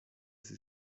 sie